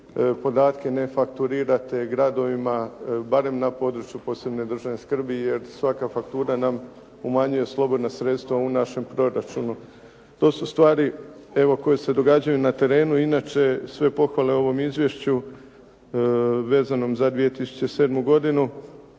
podatke ne fakturirate gradovima barem na području posebne državne skrbi, jer svaka faktura nam umanjuje slobodna sredstva u našem proračunu. To su evo stvari koje se događaju na terenu. Inače sve pohvale ovom izvješću vezanom za 2007. godinu.